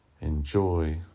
enjoy